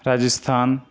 Rajasthan